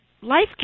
life